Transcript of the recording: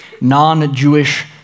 non-Jewish